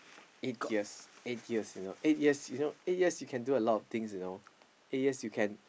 eight years eight years you know eight years you know eight years you can do a lot of things you know